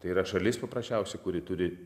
tai yra šalis paprasčiausiai kuri turi